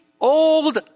old